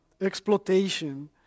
exploitation